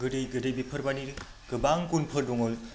गोदै गोदै बेफोरबायदि गोबां गुनफोर दङ